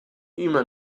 immer